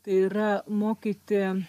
tai yra mokyti